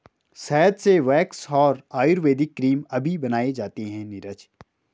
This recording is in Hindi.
शहद से वैक्स और आयुर्वेदिक क्रीम अभी बनाए जाते हैं नीरज